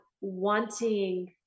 wanting